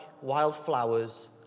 wildflowers